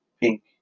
pink